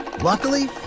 Luckily